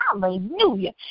Hallelujah